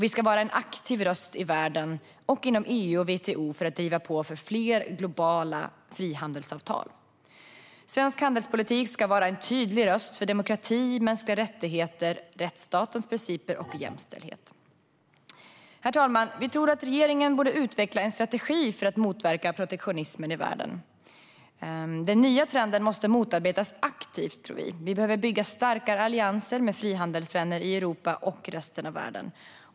Vi ska vara en aktiv röst i världen och inom EU och WTO för att driva på för fler globala frihandelsavtal. Svensk handelspolitik ska vara en tydlig röst för demokrati, mänskliga rättigheter, rättsstatens principer och jämställdhet. Herr talman! Vi tror att regeringen borde utveckla en strategi för att motverka protektionismen i världen. Den nya trenden måste motarbetas aktivt, tror vi. Vi behöver bygga starkare allianser med frihandelsvänner i Europa och resten av världen.